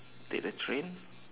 take the train